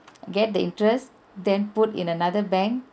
get the interest then put in another bank